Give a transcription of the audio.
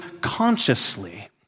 consciously